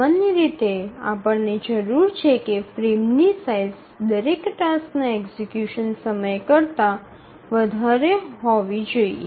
સામાન્ય રીતે આપણને જરૂર છે કે ફ્રેમની સાઇઝ દરેક ટાસ્કના એક્ઝિકયુશન સમય કરતા વધારે હોવું જોઈએ